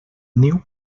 niu